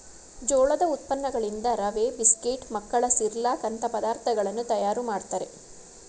ಜೋಳದ ಉತ್ಪನ್ನಗಳಿಂದ ರವೆ, ಬಿಸ್ಕೆಟ್, ಮಕ್ಕಳ ಸಿರ್ಲಕ್ ಅಂತ ಪದಾರ್ಥಗಳನ್ನು ತಯಾರು ಮಾಡ್ತರೆ